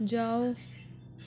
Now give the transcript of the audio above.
जाओ